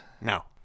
No